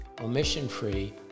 omission-free